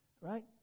Right